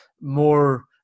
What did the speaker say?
more